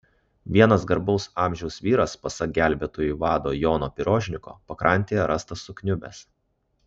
vienas garbaus amžiaus vyras pasak gelbėtojų vado jono pirožniko pakrantėje rastas sukniubęs